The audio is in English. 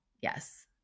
Yes